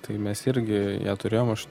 tai mes irgi ją turėjom aš